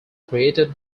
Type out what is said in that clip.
created